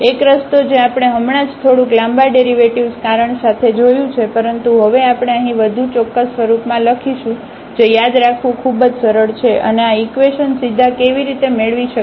એક રસ્તો જે આપણે હમણાં જ થોડુંક લાંબા ડેરિવેટિવ્ઝ કારણ સાથે જોયું છે પરંતુ હવે આપણે અહીં વધુ ચોક્કસ સ્વરૂપમાં લખીશું જે યાદ રાખવું ખૂબ જ સરળ છે અને આ ઇકવેશન સીધા કેવી રીતે મેળવી શકાય